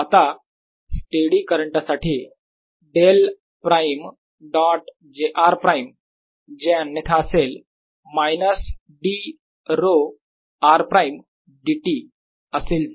आता steady current साठी del prime dot j r prime J अन्यथा असेल minus d rho r prime dt असेल 0